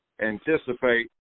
anticipate